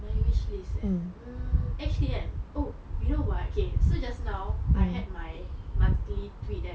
my wish list eh hmm actually kan oh you know what okay so just now I had my free tweet kan